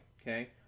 Okay